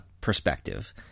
perspective